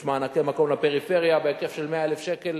יש מענקי מקום לפריפריה בהיקף של 100,000 שקל